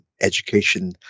education